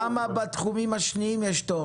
למה בתחומים האחרים יש תור?